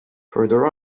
further